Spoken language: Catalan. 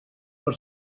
per